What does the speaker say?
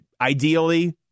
Ideally